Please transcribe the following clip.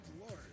Lord